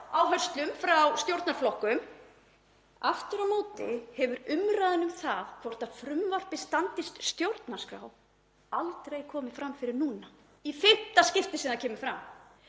áherslum frá stjórnarflokkum. Aftur á móti hefur umræðan um það hvort frumvarpið standist stjórnarskrá aldrei komið fram fyrr en núna, í fimmta skipti sem það kemur fram.